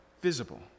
visible